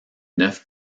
neuf